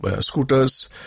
scooters